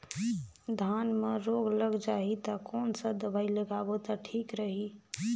धान म रोग लग जाही ता कोन सा दवाई लगाबो ता ठीक रही?